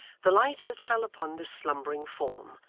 the light that fell upon this slumbering form,